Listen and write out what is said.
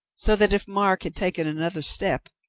so that if mark had taken another step,